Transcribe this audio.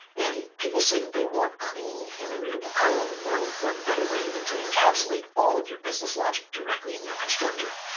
and people say that they want clean, human-readable code. well, what better way than to encapsulate all of your business logic directly in your constructor?